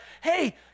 hey